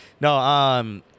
No